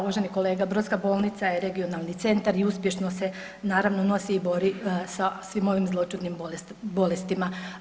Da, uvaženi kolega Brodska bolnica je regionalni centar i uspješno se naravno nosi i bori sa svim ovim zločudnim bolestima.